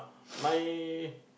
my